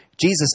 Jesus